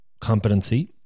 competency